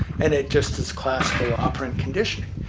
and it just is classical operand conditioning.